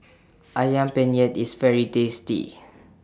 Ayam Penyet IS very tasty